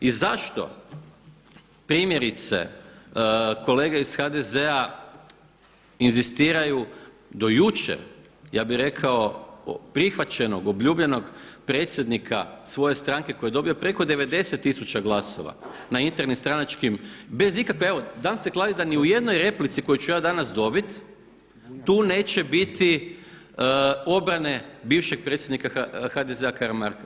I zašto primjerice kolege iz HDZ-a inzistiraju do jučer ja bih rekao prihvaćeno, obljubljenog predsjednika svoje stranke koji je dobio preko 90 tisuća glasova na internim stranačkim bez ikakve, evo dam se kladit da ni u jednoj replici koju ću ja danas dobiti tu neće biti obrane bivšeg predsjednika HDZ-a Karamarka.